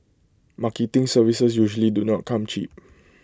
marketing services usually do not come cheap